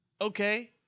okay